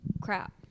crap